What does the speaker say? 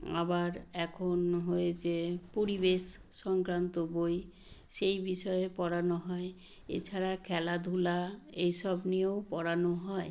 আবার এখন হয়েছে পরিবেশ সংক্রান্ত বই সেই বিষয়ে পড়ানো হয় এছাড়া খেলাধুলা এই সব নিয়েও পড়ানো হয়